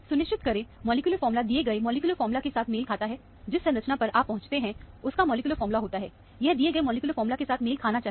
सुनिश्चित करें molecular formula दिए गए मॉलिक्यूलर फार्मूला के साथ मेल खाता है जिस संरचना पर आप पहुंचते हैं उसका मॉलिक्यूलर फार्मूला होता है यह दिए गए मॉलिक्यूलर फार्मूला के साथ मेल खाना चाहिए